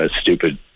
stupid